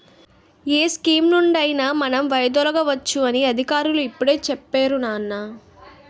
ఏ స్కీమునుండి అయినా మనం వైదొలగవచ్చు అని అధికారులు ఇప్పుడే చెప్పేరు నాన్నా